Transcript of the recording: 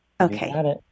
okay